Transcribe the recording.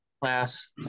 class